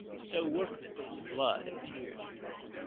so workmanly the blood and tears are drawn.